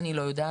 אני לא יודעת.